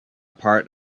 part